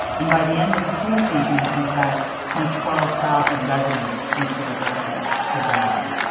and by the end of the flu season, in fact, some twelve thousand residents in philadelphia had died.